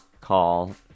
call